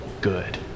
good